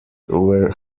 where